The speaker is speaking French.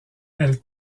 elles